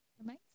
Amazing